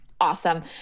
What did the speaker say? Awesome